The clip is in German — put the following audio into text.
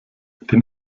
den